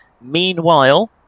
Meanwhile